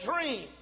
dream